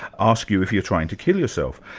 ask you if you're trying to kill yourself.